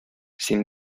sin